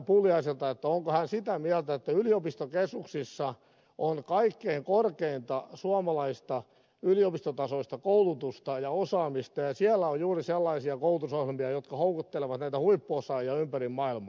pulliaiselta onko hän sitä mieltä että yliopistokeskuksissa on kaikkein korkeinta suomalaista yliopistotasoista koulutusta ja osaamista ja siellä on juuri sellaisia koulutusohjelmia jotka houkuttelevat näitä huippuosaajia ympäri maailmaa